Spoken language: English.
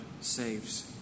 saves